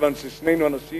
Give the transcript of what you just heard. כיוון ששנינו אנשים